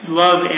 love